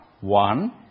One